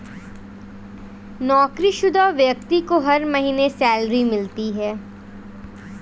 नौकरीशुदा व्यक्ति को हर महीने सैलरी मिलती है